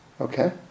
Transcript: Okay